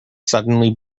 suddenly